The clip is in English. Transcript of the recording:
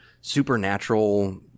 supernatural